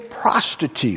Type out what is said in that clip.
prostitute